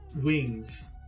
wings